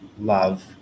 love